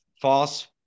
false